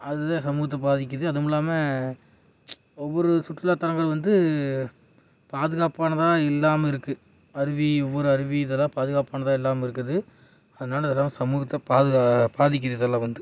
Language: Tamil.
அது தான் சமூகத்தை பாதிக்குது அதுவும் இல்லாமல் ஒவ்வொரு சுற்றுலா தலங்கள் வந்து பாதுகாப்பானதாக இல்லாமல் இருக்குது அருவி ஒவ்வொரு அருவி இதெல்லாம் பாதுகாப்பானதாக இல்லாமல் இருக்குது அதனால் அதுதான் சமூகத்தை பாது பாதிக்குது இதெல்லாம் வந்து